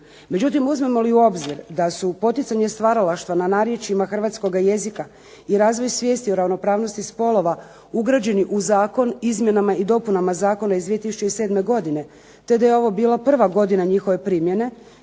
Međutim, uzmemo li u obzir da su poticanje stvaralaštva na narječjima hrvatskoga jezika i razvoj svijesti o ravnopravnosti spolova ugrađeni u zakon izmjenama i dopunama zakona iz 2007. godine te da je ovo bila prva godina njihove primjene,